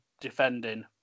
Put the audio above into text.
defending